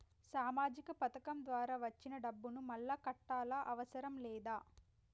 సామాజిక పథకం ద్వారా వచ్చిన డబ్బును మళ్ళా కట్టాలా అవసరం లేదా?